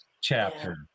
chapter